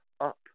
up